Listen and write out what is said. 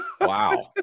Wow